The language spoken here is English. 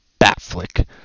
Batflick